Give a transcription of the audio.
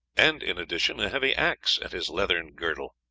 and, in addition, a heavy axe at his leathern girdle.